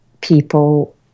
people